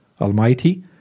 Almighty